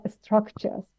structures